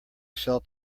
cell